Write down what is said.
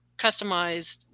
customized